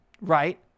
Right